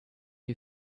you